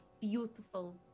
beautiful